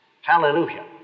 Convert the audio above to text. Hallelujah